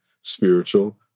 spiritual